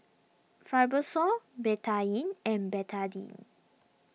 Fibrosol Betadine and Betadine